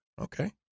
Okay